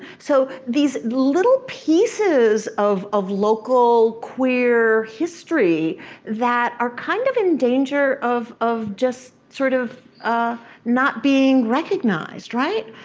so these little pieces of of local queer history that are kind of in danger of of just sort of ah not being recognized, right.